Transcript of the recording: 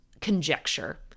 conjecture